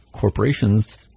corporations